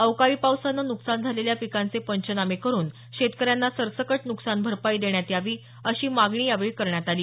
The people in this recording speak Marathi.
अवकाळी पावसानं नुकसान झालेल्या पिकांचे पंचनामे करून शेतकऱ्यांना सरसकट नुकसान भरपाई देण्यात यावी अशी मागणी यावेळी करण्यात आली